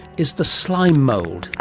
is the slime mould,